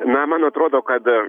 na man atrodo kad